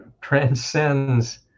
transcends